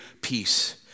peace